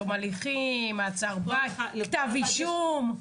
תום הליכים, מעצר בית, כתב אישום?